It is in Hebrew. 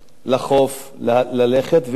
לחוף, ללכת ולשחות.